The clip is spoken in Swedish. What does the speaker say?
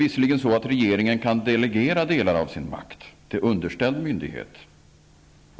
Regeringen kan visserligen delegera delar av sin makt till underställd myndighet.